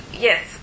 yes